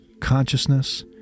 consciousness